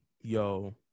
Yo